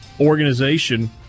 organization